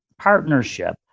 partnership